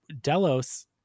Delos